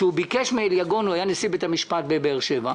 שביקש מאליגון שהיה נשיא בית המשפט בבאר שבע,